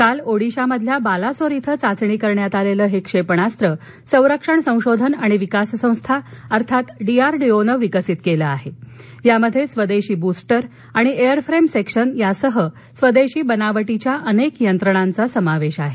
काल ओडिशामधील बालासोर इथं चाचणी करण्यात आलेलं हे क्षेपणास्त्र संरक्षण संशोधन आणि विकास संस्था अर्थात डीआरडीओनं विकसित केलं असून यात स्वदेशी बूस्टर आणि एअरफ्रेम सेक्शन यासह स्वदेशी बनावटीच्या अनेक यंत्रणाचा समावेश आहे